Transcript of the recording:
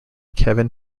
kevin